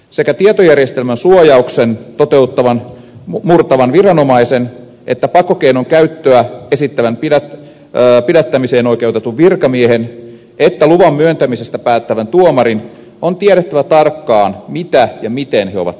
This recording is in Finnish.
sekä tietojärjestelmän suojauksen toteuttavan murtavan viranomaisen että pakkokeinon käyttöä esittävän pidättämiseen oikeutetun virkamiehen että luvan myöntämisestä päättävän tuomarin on tiedettävä tarkkaan mitä ja miten he ovat tekemässä